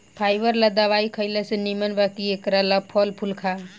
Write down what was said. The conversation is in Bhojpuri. फाइबर ला दवाई खएला से निमन बा कि एकरा ला फल फूल खा